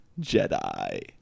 Jedi